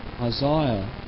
Isaiah